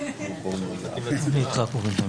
תודה על הגעתכם.